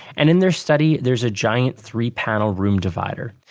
and in their study there is a giant three-panel room divider.